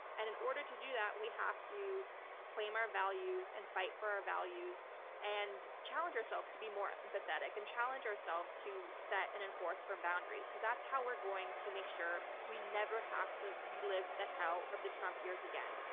and in order to do that, we have to claim our values and fight for our values and challenge ourselves to be more empathetic and challenge ourselves to set and enforce firm boundaries, because that's how we're going to make sure we never have to relive the hell of the trump years again.